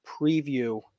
preview